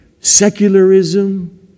secularism